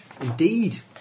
Indeed